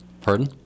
Pardon